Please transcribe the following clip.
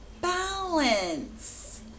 balance